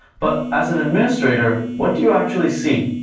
but as an administrator, what do you actually see?